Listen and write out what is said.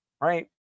right